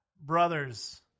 brothers